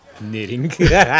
knitting